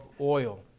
oil